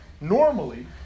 Normally